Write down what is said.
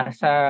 sa